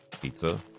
pizza